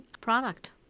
product